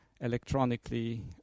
electronically